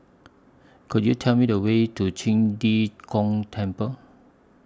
Could YOU Tell Me The Way to Qing De Gong Temple